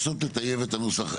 לנסות לטייב את הנוסח.